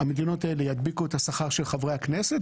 שהמדינות האלה ידביקו את השכר של חברי הכנסת,